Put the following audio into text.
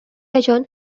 এজন